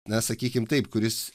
na sakykim taip kuris